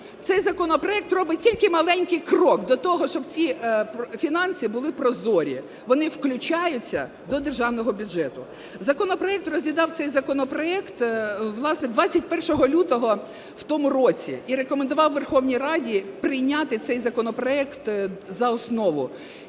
Цей законопроект робить тільки маленький крок до того, щоб ці фінанси були прозорі, вони включаються до державного бюджету. Законопроект розглядав цей законопроект, власне, 21 лютого в тому році і рекомендував Верховній Раді прийняти цей законопроект за основу